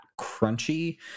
crunchy